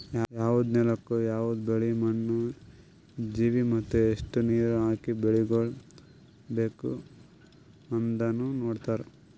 ಯವದ್ ನೆಲುಕ್ ಯವದ್ ಬೆಳಿ, ಮಣ್ಣ, ಜೀವಿ ಮತ್ತ ಎಸ್ಟು ನೀರ ಹಾಕಿ ಬೆಳಿಗೊಳ್ ಬೇಕ್ ಅಂದನು ನೋಡತಾರ್